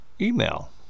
email